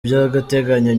by’agateganyo